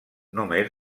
només